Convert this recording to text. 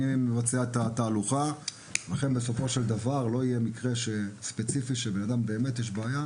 מבצע את התהלוכה ולא יהיה מקרה שלאדם יש בעיה